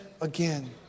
again